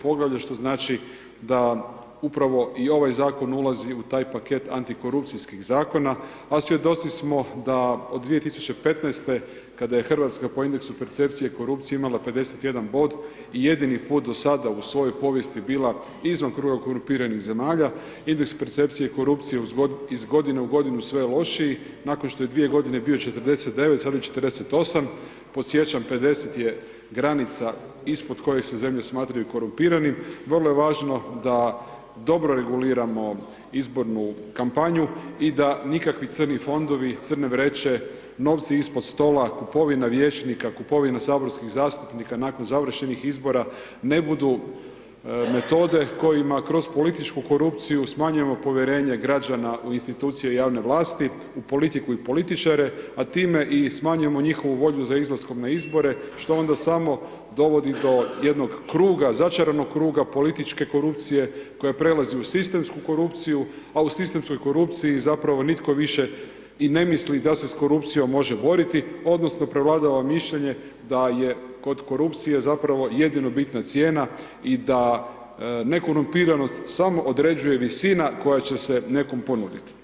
Poglavlja što znači da upravo i ovaj zakon ulazi u taj paket antikorupcijskih zakona, a svjedoci smo da od 2015. kada Hrvatska po indexu percepcije i korupcije imala 51 bod i jedini put do sada u svojoj povijesti bila izvan kruga korumpiranih zemalja, indeks percepcije i korupcije iz godine u godinu sve je lošiji, nakon što je 2 godine bio 49 sada je 48, podsjećam 50 je granica ispod koje se zemlje smatraju korumpiranim, vrlo je važno da dobro reguliramo izbornu kampanju i da nikakvi crni fondovi, crne vreće, novci ispod stola, kupovina vijećnika, kupovina saborskih zastupnika nakon završenih izbor ne budu metode kojima kroz političku korupciju smanjujemo povjerenje građana u institucije javne vlasti, u politiku i političare, a time i smanjujemo njihovu volju za izlaskom na izbore što onda samo dovodi do jednog kruga, začaranog kruga političke korupcije koja prelazi u sistemsku korupciju, a u sistemskoj korupciji zapravo nitko više i ne misli da se s korupcijom može boriti odnosno prevladava mišljenje da je kod korupcije zapravo jedino bitna cijena i da nekorumpiranost samo određuje visina koja će se nekom ponuditi.